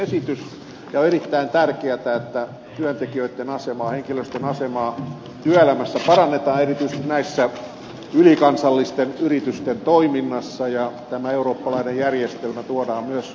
on erittäin tärkeätä että työntekijöitten asemaa henkilöstön asemaa työelämässä parannetaan erityisesti ylikansallisten yritysten toiminnassa ja tämä eurooppalainen järjestelmä tuodaan myös suomeen